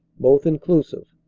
both inclusive.